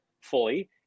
fully